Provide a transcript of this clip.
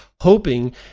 hoping